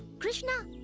krishna,